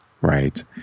Right